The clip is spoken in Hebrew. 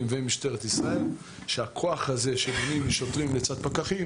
ומשטרת ישראל נקבע שהכוח הזה של שוטרים לצד פקחים